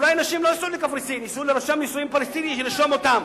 אולי אנשים לא ייסעו לקפריסין אלא לרשם נישואין פלסטיני שירשום אותם.